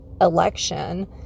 election